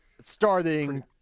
starting